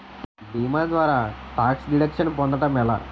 భీమా ద్వారా tax deduction పొందటం ఎలా?